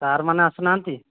sir ମାନେ ଆସୁନାହାନ୍ତି